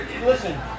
listen